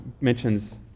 mentions